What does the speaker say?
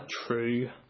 true